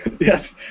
Yes